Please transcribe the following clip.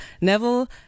Neville